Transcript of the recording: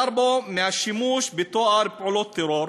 הוא חזר בו מהשימוש בתואר "פעולות טרור"